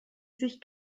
sich